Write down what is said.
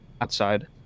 outside